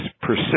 persist